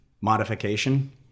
modification